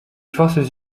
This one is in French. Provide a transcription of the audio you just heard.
forces